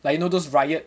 like you know those riot